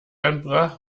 anbrach